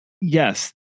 yes